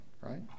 Right